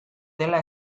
dela